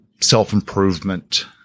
self-improvement